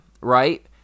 right